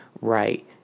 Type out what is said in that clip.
right